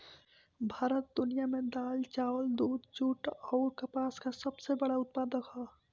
भारत दुनिया में दाल चावल दूध जूट आउर कपास का सबसे बड़ा उत्पादक ह